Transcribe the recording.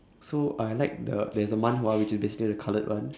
so I like the~ there's a manhwa which is basically the the coloured one